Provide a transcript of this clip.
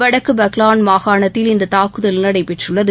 வடக்கு பக்லான் மாகாணத்தில் இந்தத் தாக்குதல் நடைபெற்றுள்ளது